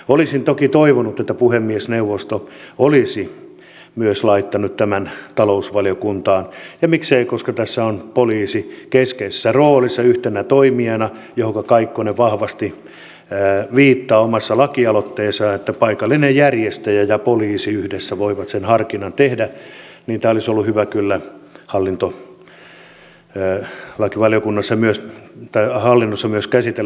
olisin toki toivonut että puhemiesneuvosto olisi laittanut tämän myös talousvaliokuntaan ja miksei koska tässä on poliisi keskeisessä roolissa yhtenä toimijana mihin kaikkonen vahvasti viittaa omassa lakialoitteessaan että paikallinen järjestäjä ja poliisi yhdessä voivat sen harkinnan tehdä tätä olisi ollut hyvä myös hallintovaliokunnassa käsitellä